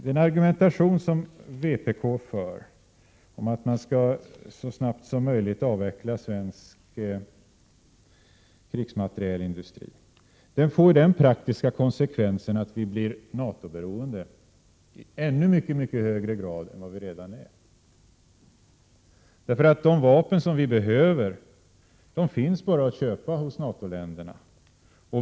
Den argumentation som vpk för, Bertil Måbrink, om att svensk krigsmaterielindustri så snabbt som möjligt skall avvecklas, får den praktiska konsekvensen att vi blir NATO-beroende i ännu mycket högre grad än vi redan är. De vapen som vi behöver finns bara att köpa hos NATO-länderna.